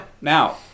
Now